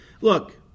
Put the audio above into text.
Look